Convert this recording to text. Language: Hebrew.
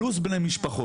פלוס בני משפחות.